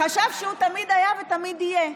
חשב שהוא תמיד היה ותמיד יהיה.